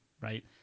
right